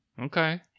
okay